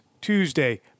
Tuesday